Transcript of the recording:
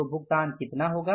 तो भुगतान कितना होगा